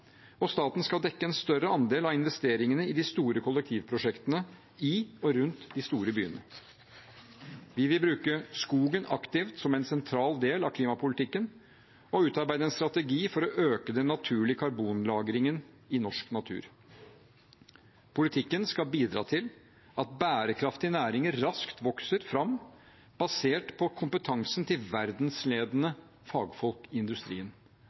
og staten skal dekke en større andel av investeringene i de store kollektivprosjektene i og rundt de store byene. Vi vil bruke skogen aktivt som en sentral del av klimapolitikken og utarbeide en strategi for å øke den naturlige karbonlagringen i norsk natur. Politikken skal bidra til at bærekraftige næringer raskt vokser fram basert på kompetansen til verdensledende fagfolk i industrien.